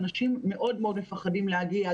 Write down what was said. אנשים מאוד מפחדים להגיע.